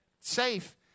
safe